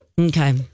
Okay